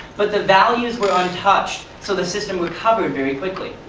but the values were untouched so the system recovered very quickly.